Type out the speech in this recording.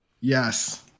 Yes